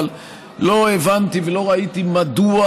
אבל לא הבנתי ולא ראיתי מדוע,